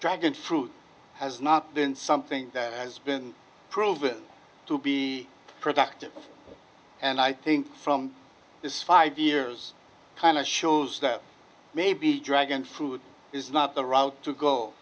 dragon fruit has not been something that has been proven to be productive and i think from this five years kind of shows that maybe dragon food is not the route to go